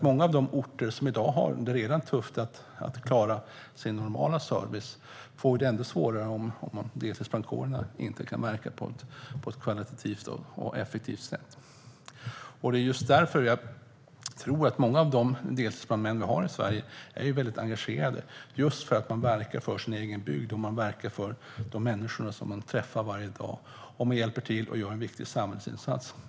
Många av de orter som redan i dag har det tufft att klara sin normala service får det ännu svårare om deltidsbrandkårerna inte kan verka på ett högkvalitativt och effektivt sätt. Många av Sveriges deltidsbrandmän är väldigt engagerade eftersom de verkar för sin egen bygd och de människor som de träffar varje dag. De hjälper till och gör en viktig samhällsinsats.